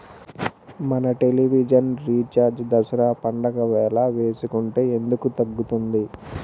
మన television recharge Dasara పండగ వేళ వేసుకుంటే ఎందుకు తగ్గుతుంది?